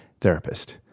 therapist